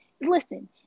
Listen